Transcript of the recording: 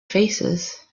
faces